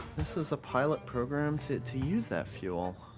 this is a pilot program to to use that fuel.